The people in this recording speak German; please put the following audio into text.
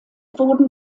wurden